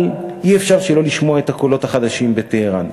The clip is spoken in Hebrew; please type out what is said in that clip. אבל אי-אפשר שלא לשמוע את הקולות החדשים בטהרן.